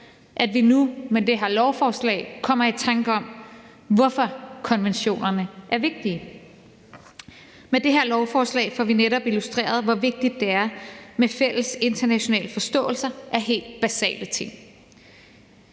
at vi nu med det her lovforslag kommer i tanker om, hvorfor konventionerne er vigtige. Med det her lovforslag får vi netop illustreret, hvor vigtigt det er med fælles internationale forståelser af helt basale ting.